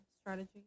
strategy